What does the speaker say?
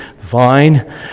vine